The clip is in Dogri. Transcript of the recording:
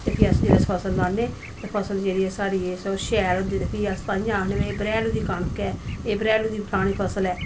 ते फिर अस्स जेह्ड़ी ऐ फसल लान्ने ते फसल जेह्ड़ी ऐ स्हाड़ी एह् सगूं शैल होंदी ते फ्ही अस ताइयें आखने भाई बरेहाली दी कनक ऐ एह् बरेहालू दी फ्लानी फसल ऐ